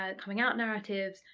ah coming out narratives,